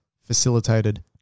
facilitated